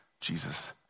Jesus